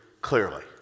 clearly